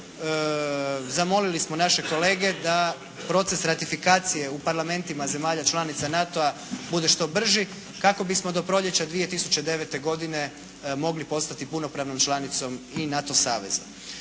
učinjeno. Zamolili smo naše kolege da proces ratifikacije u parlamentima zemalja članica NATO-a bude što brži. Kako bismo do proljeća 2009. godine mogli postati punopravnom članicom i NATO saveza.